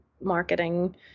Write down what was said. marketing